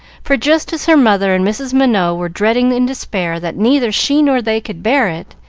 for just as her mother and mrs. minot were deciding in despair that neither she nor they could bear it,